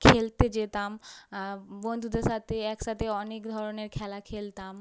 খেলতে যেতাম বন্ধুদের সাথে একসাথে অনেক ধরনের খেলা খেলতাম